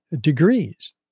degrees